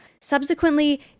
Subsequently